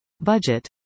Budget